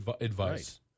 advice